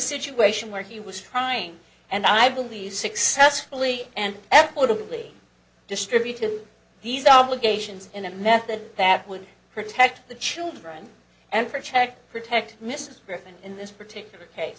situation where he was trying and i believe successfully and equitably distributed these obligations in a method that would protect the children and protect protect mr griffin in this particular case